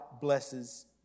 blesses